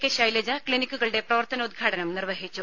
K Shailaja ക്ലിനിക്കുകളുടെ പ്രവർത്തനോദ്ഘാടനം നിർവഹിച്ചു